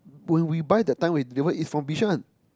when we buy that time that one is from Bishan